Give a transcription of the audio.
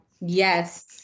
Yes